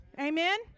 Amen